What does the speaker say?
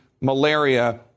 malaria